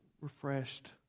refreshed